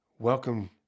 Welcome